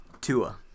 Tua